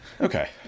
okay